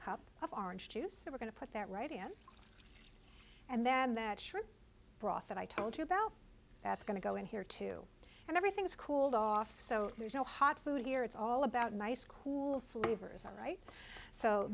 cup of orange juice so we're going to put that right again and then that shrimp broth that i told you about that's going to go in here too and everything is cooled off so there's no hot food here it's all about nice cool flavors all right so